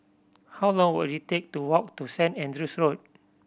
how long will it take to walk to Saint Andrew's Road